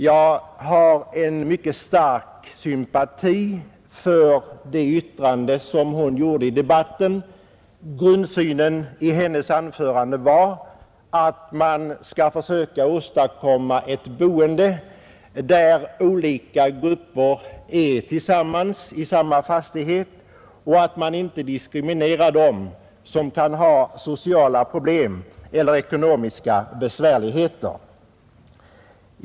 Jag har en mycket stark sympati för hennes uttalande i debatten. Grundsynen i hennes anförande var att man skall försöka åstadkomma ett boende med olika grupper i samma fastighet och att man inte skall diskriminera dem som kan ha sociala problem eller ekonomiska besvärligheter.